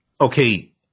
Okay